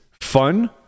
fun